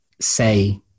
say